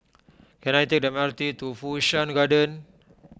can I take the M R T to Fu Shan Garden